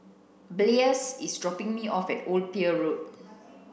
Blaise is dropping me off at Old Pier Road